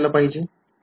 fr ने गुणाकार करा